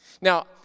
Now